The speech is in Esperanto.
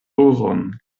oron